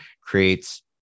creates